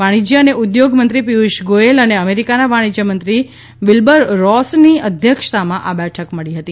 વાણિજ્ય અને ઉદ્યોગ મંત્રી પિયુષ ગોયલ અને અમેરિકના વાણિજ્ય મંત્રી વિલ્બર રોસની અધ્યક્ષતામાં આ બેઠક મળી હતી